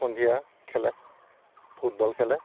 সন্ধিয়া খেলে ফুটবল খেলে